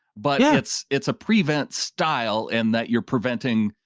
but it's it's a prevent style and that you're preventing.